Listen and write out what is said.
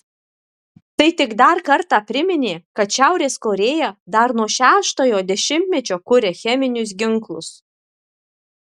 tai tik dar kartą priminė kad šiaurės korėja dar nuo šeštojo dešimtmečio kuria cheminius ginklus